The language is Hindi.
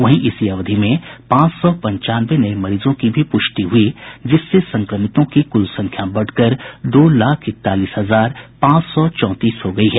वहीं इसी अवधि में पांच सौ पंचानवे नये मरीजों की भी पुष्टि हुई जिससे संक्रमितों की कुल संख्या बढ़कर दो लाख इकतालीस हजार पांच सौ चौंतीस हो गयी है